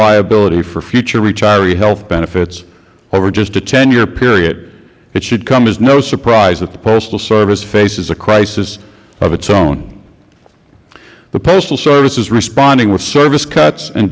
liability for future retiree health benefits over just a ten year period it should come as no surprise that the postal service faces a crisis of its own the postal service is responding with service cuts and